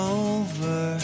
over